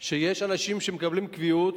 שיש אנשים שמקבלים קביעות